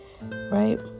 right